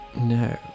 No